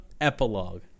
epilogue